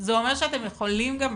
זה אומר שאתם יכולים גם בחיים.